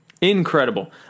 Incredible